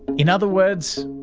in other words,